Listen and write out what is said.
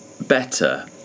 better